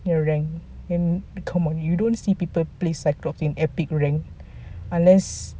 the rank and come on you don't see people play cyclops in epic rank unless